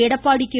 Edappadi K